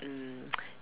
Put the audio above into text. mm